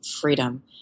freedom